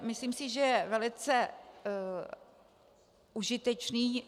Myslím si, že je velice užitečný.